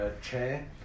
chair